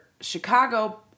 Chicago